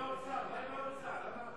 מה עם האוצר?